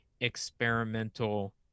experimental